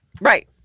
right